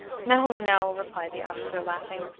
no, no, replied the officer, laughing,